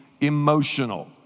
emotional